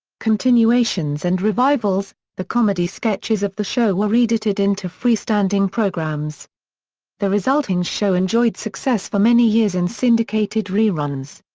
continuations and revivals the comedy sketches of the show were reedited into freestanding programs the resulting show enjoyed success for many years in syndicated reruns.